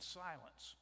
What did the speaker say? silence